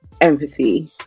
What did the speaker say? empathy